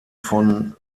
von